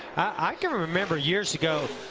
i can remember years ago,